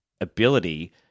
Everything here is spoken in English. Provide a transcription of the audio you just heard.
ability